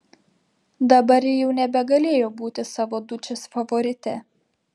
dabar ji jau nebegalėjo būti savo dučės favorite